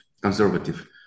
conservative